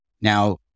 Now